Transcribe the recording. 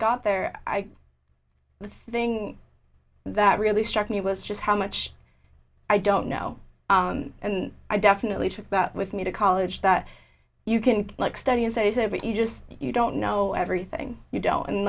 got there i this thing that really struck me was just how much i don't know and i definitely took that with me to college that you can like study and say but you just you don't know everything you don't